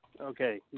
Okay